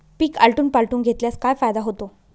पीक आलटून पालटून घेतल्यास काय फायदा होतो?